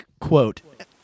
quote